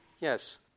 Yes